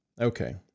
Okay